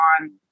on